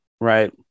right